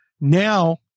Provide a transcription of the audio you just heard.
now